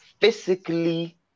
physically